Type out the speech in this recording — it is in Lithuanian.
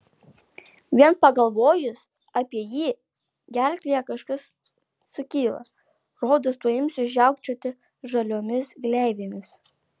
vien pagalvojus apie jį gerklėje kažkas sukyla rodos tuoj imsiu žiaukčioti žaliomis gleivėmis